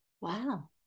wow